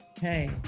hey